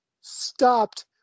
stopped